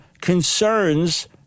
concerns